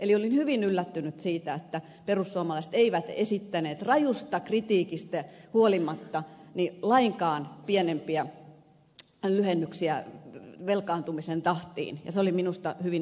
eli olin hyvin yllättynyt siitä että perussuomalaiset eivät esittäneet rajusta kritiikistä huolimatta lainkaan pienempiä lyhennyksiä velkaantumisen tahtiin se oli minusta hyvin yllättävää